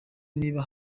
niba